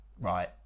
Right